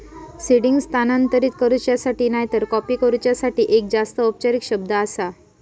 seeding स्थानांतरित करूच्यासाठी नायतर कॉपी करूच्यासाठी एक जास्त औपचारिक शब्द आसा